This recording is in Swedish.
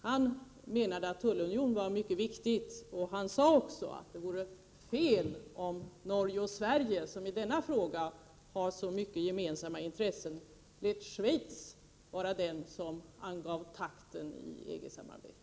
Han menade att 19 tullunion var någonting mycket viktigt, och han sade också att det vore fel om Norge och Sverige, som i denna fråga har så många gemensamma intressen, lät Schweiz vara det land som angav takten i EG-samarbetet.